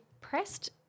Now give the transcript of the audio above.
pressed